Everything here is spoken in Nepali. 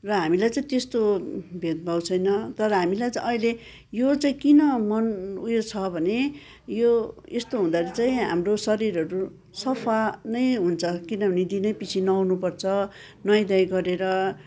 र हामीलाई चाहिँ त्यस्तो भेदभाव छैन तर हामीलाई चाहिँ अहिले यो चाहिँ किन मन उयो छ भने यो चाहिँ हुँदै चाहिँ हाम्रो शरीरहरू सफा नै हुन्छ किनभने दिनैपिछे नुहाउनु पर्छ नुहाइ धुहाइ गरेर